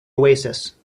oasis